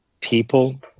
People